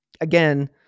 again